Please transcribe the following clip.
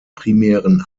primären